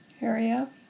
area